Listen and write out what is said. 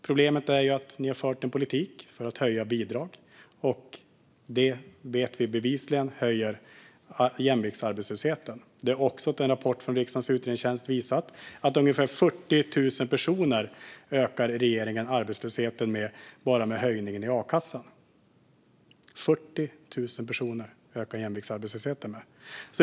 Problemet är att regeringen har fört en politik för att höja bidrag, men vi vet bevisligen att den höjer jämviktsarbetslösheten. Också detta har en rapport från riksdagens utredningstjänst visat. Regeringen har bara genom ökningen av a-kassan ökat arbetslösheten med ungefär 40 000 personer. Jämviktsarbetslösheten har ökat med 40 000 personer.